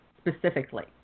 specifically